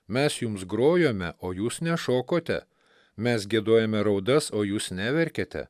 mes jums grojome o jūs nešokote mes giedojome raudas o jūs neverkėte